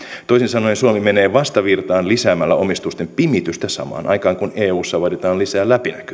toisin sanoen suomi menee vastavirtaan lisäämällä omistusten pimitystä samaan aikaan kun eussa vaaditaan lisää läpinäkyvyyttä kysyin